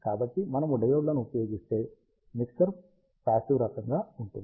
కాబట్టి మనము డయోడ్లను ఉపయోగిస్తే మిక్సర్ పాసివ్ రకంగా ఉంటుంది